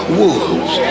wolves